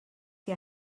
que